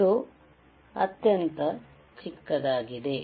ಇದು ಅತ್ಯಂತ ಚಿಕ್ಕದಾಗಿದೆ